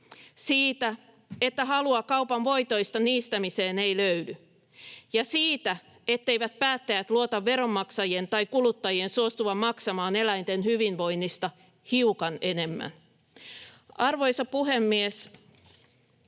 Siitä, että halua kaupan voitoista niistämiseen ei löydy. Ja siitä, etteivät päättäjät luota veronmaksajien tai kuluttajien suostuvan maksamaan eläinten hyvinvoinnista hiukan enemmän. Arvoisa puhemies!